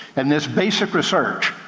and this basic research,